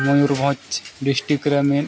Mayurbhanj district ᱨᱮ ᱢᱤᱫ